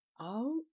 Out